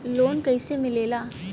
Loan कईसे मिलेला?